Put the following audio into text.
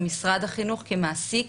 למשרד החינוך כמעסיק